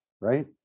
Right